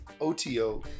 O-T-O